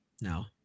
No